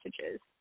messages